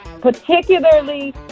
particularly